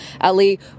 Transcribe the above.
Ali